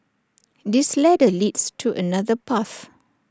this ladder leads to another path